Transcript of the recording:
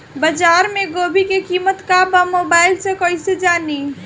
बाजार में गोभी के कीमत का बा मोबाइल से कइसे जानी?